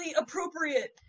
appropriate